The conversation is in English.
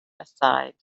aside